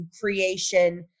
creation